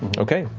okay.